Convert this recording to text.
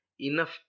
enough